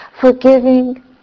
forgiving